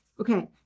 okay